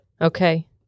Okay